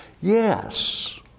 Yes